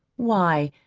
why,